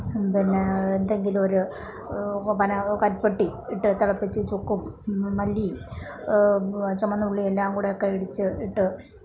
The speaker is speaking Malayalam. പിന്നെ എന്തെങ്കിലും ഒരു പന കരിപ്പെട്ടി ഇട്ട് തിളപ്പിച്ച ചുക്കും മല്ലി ചുമന്ന ഉള്ളി എല്ലാം കൂടെ ഒക്കെ ഇടിച്ച് ഇട്ട്